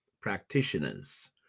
practitioners